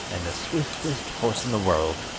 and the swiftest horse in the world,